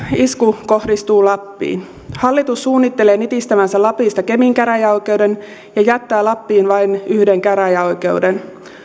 isku kohdistuu lappiin hallitus suunnittelee nipistävänsä lapista kemin käräjäoikeuden ja jättää lappiin vain yhden käräjäoikeuden